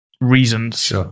reasons